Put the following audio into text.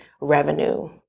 revenue